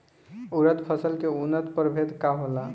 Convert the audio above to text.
उरद फसल के उन्नत प्रभेद का होला?